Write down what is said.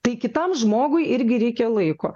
tai kitam žmogui irgi reikia laiko